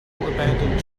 abandoned